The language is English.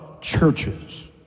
churches